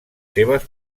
seves